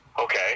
Okay